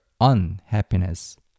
unhappiness